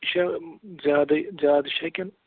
یہِ چھےٚ زیادَے زیادٕ چھےٚ کِنہٕ